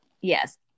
yes